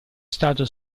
stato